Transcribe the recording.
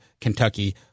Kentucky